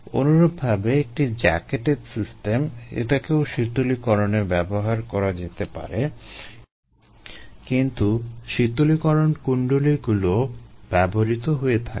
অনুরূপ ভাবে একটি জ্যাকেটেড সিস্টেম এটাকেও শীতলীকরণে ব্যবহার করা যেতে পারে কিন্তু শীতলীকরণ কুন্ডলীগুলোও ব্যবহৃত হয়ে থাকে